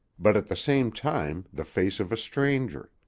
but at the same time, the face of a stranger.